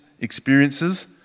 experiences